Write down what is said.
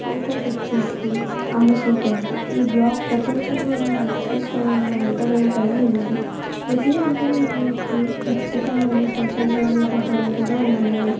ఇంకోటి వచ్చి అమ్మ చేతి వంట ఈ బ్లాగ్ ప్రపంచంలోని అత్యుతమైన వంటకాలను కలిగి ఉంది ప్రతి వంటకానికి ఖచ్చితమైన సూచనలు మరియు ఫోటోలు కూడా ఉన్నాయి